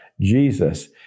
Jesus